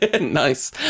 Nice